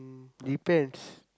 depends